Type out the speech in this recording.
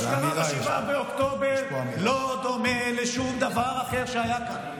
מה שקרה ב-7 באוקטובר לא דומה לשום דבר אחר שהיה כאן,